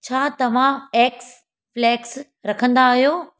छा तव्हां eggs flax रखंदा आहियो